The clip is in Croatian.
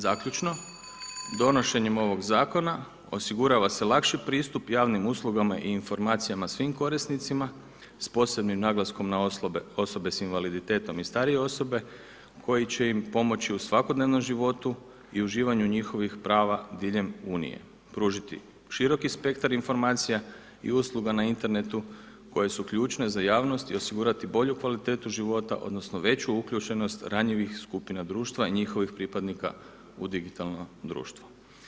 Zaključno, donošenjem ovog zakona osigurava se lakši pristup javnim uslugama i informacijama svim korisnicima s posebnim naglaskom na osobe sa invaliditetom i starije osobe koji će im pomoći u svakodnevnom životu i uživanju njihovih prava diljem Unije pružiti široki spektar informacija i usluga na internetu koje su ključne za javnost i osigurati bolju kvalitetu života odnosno veću uključenost ranjivih skupina društva i njihovih pripadnika u digitalno društvo.